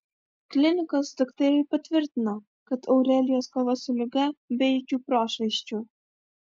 klinikos daktarai patvirtino kad aurelijos kova su liga be jokių prošvaisčių